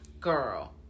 Girl